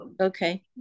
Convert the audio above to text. Okay